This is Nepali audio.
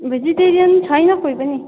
भेजिटेरियन छैन कोही पनि